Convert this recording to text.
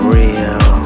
real